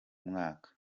mwaka